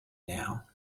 now